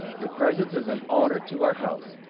your presence is an honor to our house!